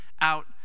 out